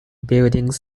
buildings